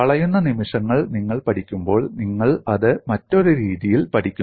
വളയുന്ന നിമിഷങ്ങൾ നിങ്ങൾ പഠിക്കുമ്പോൾ നിങ്ങൾ അത് മറ്റൊരു രീതിയിൽ പഠിക്കുന്നു